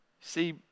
see